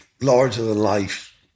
larger-than-life